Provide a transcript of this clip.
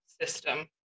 system